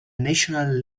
national